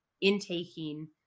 intaking